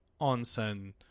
onsen